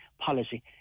policy